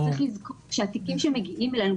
צריך לזכור שהתיקים שמגיעים אלינו,